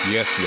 Yes